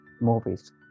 movies